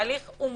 התהליך הוא מורכב.